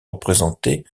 représenté